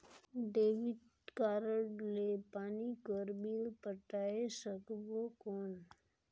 Debit card ले पानी कर बिल पटाय सकबो कौन?